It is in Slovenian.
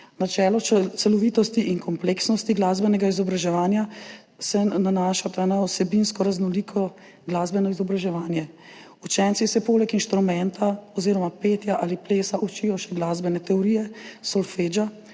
Načelo celovitosti in kompleksnosti glasbenega izobraževanja se nanaša na vsebinsko raznoliko glasbeno izobraževanje. Učenci se poleg inštrumenta oziroma petja ali plesa učijo še glasbene teorije, solfeggia,